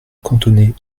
cantonné